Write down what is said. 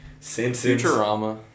Futurama